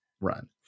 run